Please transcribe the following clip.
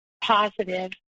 positive